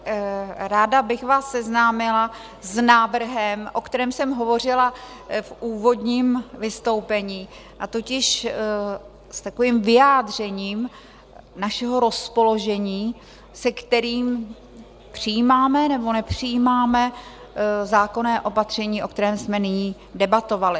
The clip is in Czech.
Velmi ráda bych vás seznámila s návrhem, o kterém jsem hovořila v úvodním vystoupení, a totiž s takovým vyjádřením našeho rozpoložení, se kterým přijímáme, nebo nepřijímáme zákonné opatření, o kterém jsme nyní debatovali.